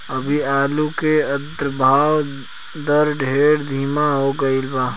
अभी आलू के उद्भव दर ढेर धीमा हो गईल बा